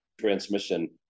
transmission